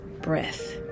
breath